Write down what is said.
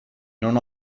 non